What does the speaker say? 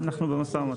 אנחנו במשא ומתן.